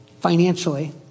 financially